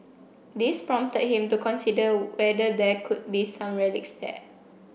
this prompted him to consider whether there could be some relics there